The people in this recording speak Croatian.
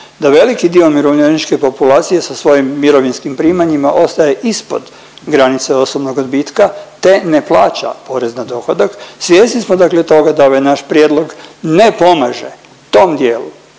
da veliki dio umirovljeničke populacije sa svojim mirovinskim primanjima ostaje ispod granice osobnog odbitka te ne plaća porez na dohodak. Svjesni smo dakle toga da ovaj naš prijedlog ne pomaže tom dijelu